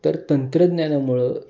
तर तंत्रज्ञानामुळं